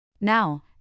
Now